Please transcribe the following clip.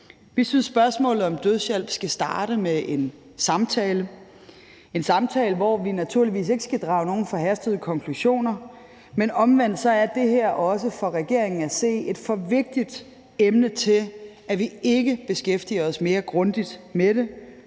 Vi synes, at spørgsmålet om dødshjælp skal starte med en samtale – en samtale, hvor vi naturligvis ikke skal drage nogle forhastede konklusioner, men omvendt er det her også for regeringen at se et for vigtigt emne til, at vi ikke beskæftiger os mere grundigt med det.